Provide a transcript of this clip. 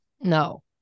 no